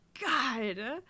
God